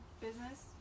business